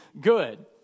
good